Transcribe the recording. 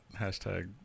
Hashtag